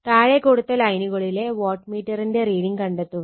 താഴെ കൊടുത്ത ലൈനുകളിലെ വാട്ട് മീറ്ററിന്റെ റീഡിങ് കണ്ടെത്തുക